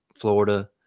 Florida